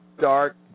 dark